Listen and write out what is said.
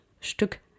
Stück